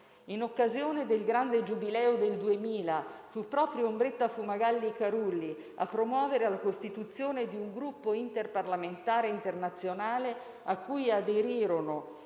In occasione del grande Giubileo del 2000, fu proprio Ombretta Fumagalli Carulli a promuovere la costituzione di un gruppo interparlamentare internazionale a cui aderirono